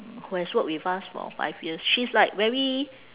who has work with us for five years she's like very